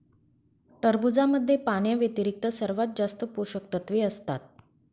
खरबुजामध्ये पाण्याव्यतिरिक्त सर्वात जास्त पोषकतत्वे असतात